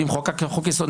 אם חוקקת חוק-יסוד,